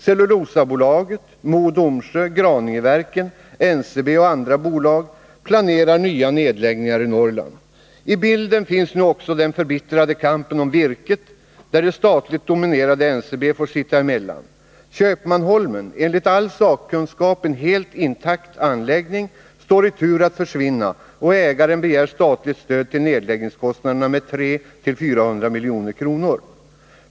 Cellulosabolaget, Mo och Domsjö, Graningeverken, NCB och andra bolag planerar nya nedläggningar i Norrland. I bilden finns nu också den förbittrade kampen om virket, där det statligt dominerade NCB får sitta emellan. Köpmanholmen, enligt all sakkunskap en helt intakt anläggning, står i tur att försvinna, och ägaren begär statligt stöd med 300-400 milj.kr. till nedläggningskostnaderna.